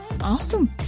Awesome